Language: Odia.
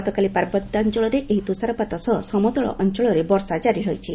ଗତକାଲି ପାର୍ବତ୍ୟାଞ୍ଚଳରେ ଏହି ତୁଷାରପାତ ସହ ସମତଳ ଅଞ୍ଚଳରେ ବର୍ଷା ଜାରି ରହିଛି